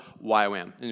YOM